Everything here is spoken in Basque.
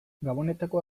gabonetako